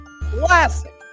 classic